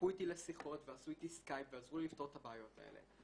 הלכו איתי לשיחות ועשו איתי סקייפ ועזרו לי לפתור את הבעיות האלה.